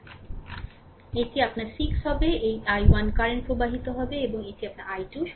সুতরাং এটি আপনার 6 হবে এই i1 কারেন্ট প্রবাহিত হবে এবং এটি আপনার i2